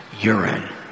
urine